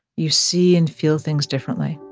you see and feel things differently